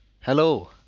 hello